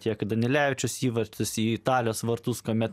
tiek danilevičiaus įvartis į italijos vartus kuomet